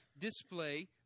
display